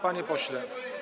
Panie pośle.